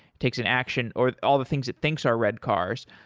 takes an action, or all the things it thinks are red cars,